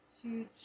Huge